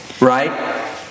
right